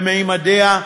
בממדיה,